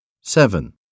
Seven